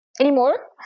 anymore